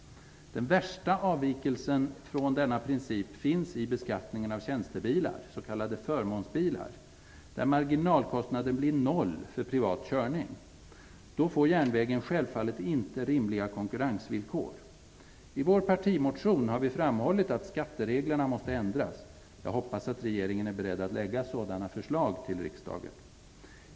Den värsta avvikelsen från denna princip finns i beskattningen av tjänstebilar, s.k. förmånsbilar, där marginalkostnaden blir noll för privat körning. Då får järnvägen självfallet inte rimliga konkurrensvillkor. I vår partimotion har vi framhållit att skattereglerna måste ändras. Jag hoppas att regeringen är beredd att lägga fram sådana förslag till riksdagen.